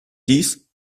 dies